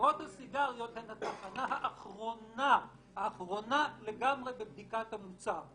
חברות הסיגריות הן התחנה האחרונה לגמרי בבדיקת המוצר.